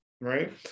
right